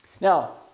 Now